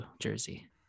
Jersey